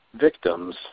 victims